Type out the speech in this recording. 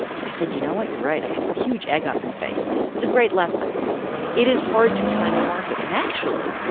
and i said, you know what? you're right. i had a huge egg on my face. it was a great lesson it is hard to time the market, and actually,